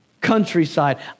countryside